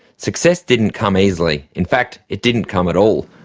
success didn't come easily, in fact it didn't come at all,